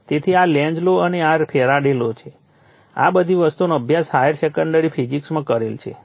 તેથી આ Lenz law અને આ ફેરાડે છે આ બધી વસ્તુઓનો અભ્યાસ હાયર સેકન્ડરી ફિઝિક્સમાં કરેલ છે